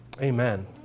Amen